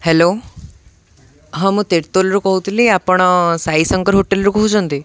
hello ହଁ ମୁଁ ତିର୍ତ୍ତୋଲରୁ କହୁଥିଲି ଆପଣ ସାଇଶଙ୍କର ହୋଟେଲ୍ରୁ କହୁଛନ୍ତି